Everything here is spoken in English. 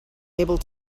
able